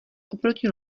oproti